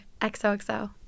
XOXO